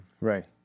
Right